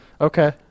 Okay